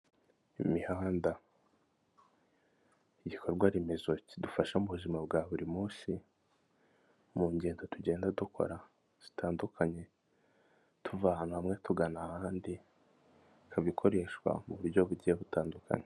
Imihanda igikorwaremezo kidufasha mu bwa buri munsi mu ngendo tugenda dukora zitandukanye, tuva ahantu hamwe tugana ahandi habikoreshwa mu buryo bugiye butandukanye.